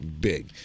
big